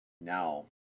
Now